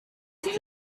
ist